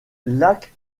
lac